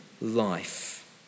life